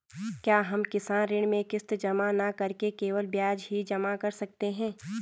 क्या हम किसान ऋण में किश्त जमा न करके केवल ब्याज ही जमा कर सकते हैं?